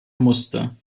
musste